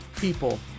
people